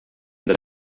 that